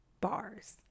Bars